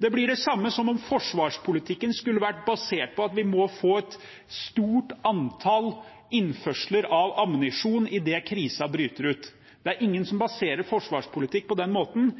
Det blir det samme som om forsvarspolitikken skulle vært basert på at vi må få et stort antall innførsler av ammunisjon idet krisen bryter ut. Det er ingen som baserer en forsvarspolitikk på den måten,